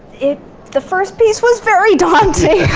it the first piece was very daunting!